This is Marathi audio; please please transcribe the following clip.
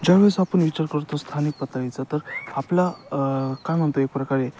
ज्यावेळेस आपण विचार करतो स्थानिक पातळीचा तर आपला काय म्हणतो एक प्रकारे